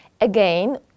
Again